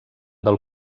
del